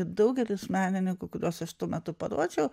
daugelis menininkų kuriuos aš tuo metu parodžiau